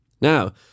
Now